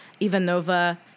Ivanova